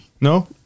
No